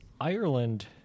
Ireland